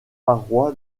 paroi